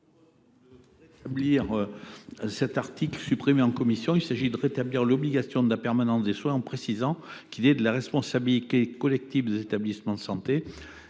L’article 4 ayant été supprimé en commission, nous souhaitons rétablir l’obligation à la permanence des soins en précisant qu’il est de la responsabilité collective des établissements de santé,